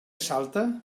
salta